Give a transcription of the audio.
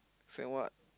send what